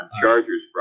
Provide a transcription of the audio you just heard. Chargers